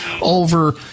over